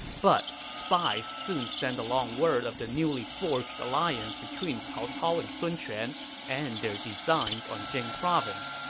but spies soon send along word of the newly forged alliance between cao cao and sun quan and their designs on jing province,